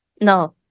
No